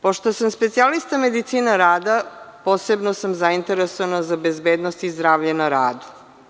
Pošto sam specijalista medicine rada, posebno sam zainteresovana za bezbednost i zdravlje na radu.